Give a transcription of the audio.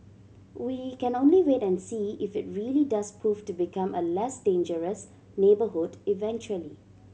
we can only wait and see if it really does prove to become a less dangerous neighbourhood eventually